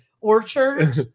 orchard